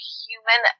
human